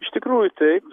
iš tikrųjų taip